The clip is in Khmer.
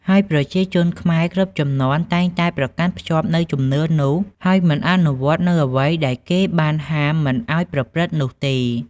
ហើយប្រជាជនខ្មែរគ្រប់ជំនាន់តែងតែប្រកាន់ភ្ជាប់នូវជំនឿនោះ ហើយមិនអនុវត្តនូវអ្វីដែលគេបានហាមមិនអោយប្រព្រឺត្តនោះទេ។